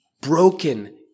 broken